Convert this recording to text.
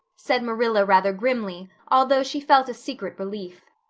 said marilla rather grimly, although she felt a secret relief.